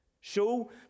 Show